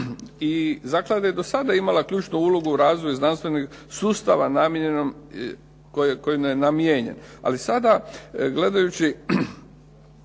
I zaklada je i do sada imala ključnu ulogu u razvoju znanstvenih sustava namijenjenom koji je namijenjen. Ali sada gledajući